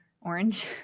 Orange